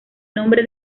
nombre